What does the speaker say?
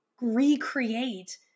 recreate